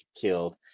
killed